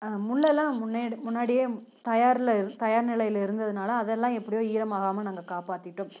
முல்லெல்லாம் முன்னே முன்னாடியே தயாரில் தயார் நிலையில் இருந்ததுனால் அதெல்லாம் எப்படியோ ஈரமாகாமல் நாங்கள் காப்பாற்றிட்டோம்